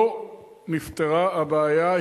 לא נפתרה הבעיה,